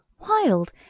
Wild